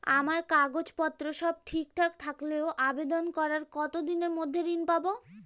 আমার কাগজ পত্র সব ঠিকঠাক থাকলে আবেদন করার কতদিনের মধ্যে ঋণ পাব?